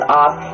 off